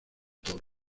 toro